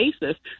basis